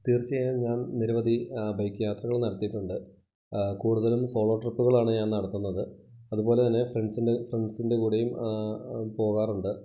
തീർച്ചയായും ഞാൻ നിരവധി ബൈക്ക് യാത്രകൾ നടത്തിയിട്ടുണ്ട് കൂടുതലും സോളോ ട്രിപ്പുകളാണ് ഞാൻ നടത്തുന്നത് അതുപോലെ തന്നെ ഫ്രണ്ട്സിൻ്റെ ഫ്രണ്ട്സിൻ്റെ കൂടെയും പോകാറുണ്ട്